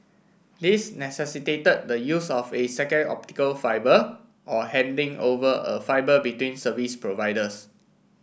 these necessitated the use of a second optical fibre or handing over of a fibre between service providers